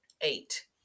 Eight